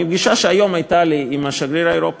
מפגישה שהייתה לי היום עם שגריר האיחוד האירופי.